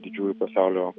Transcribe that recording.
didžiųjų pasaulio